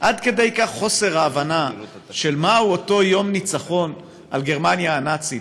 עד כדי כך חוסר ההבנה מהו אותו יום ניצחון על גרמניה הנאצית,